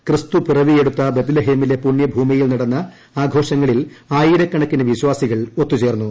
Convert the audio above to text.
ക്രിസ്തു പിറവിയെടുത്ത ബത്ലഹേമിലെ പുണ്യഭൂമിയിൽ നടന്ന ആഘോഷങ്ങളിൽ ആയിരക്കണക്കിന് വിശ്വാസികൾ ഒത്തുച്ചേർന്നു